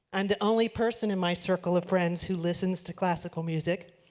am the only person in my circle of friends who listens to classical music.